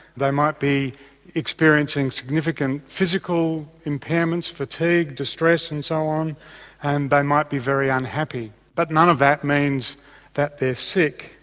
they might be experiencing significant physical impairment, fatigue, distress and so on and they might be very unhappy. but none of that means that they're sick.